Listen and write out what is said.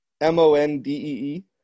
M-O-N-D-E-E